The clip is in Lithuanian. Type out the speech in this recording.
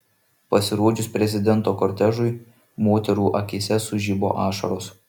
pasirodžius prezidento kortežui moterų akyse sužibo ašaros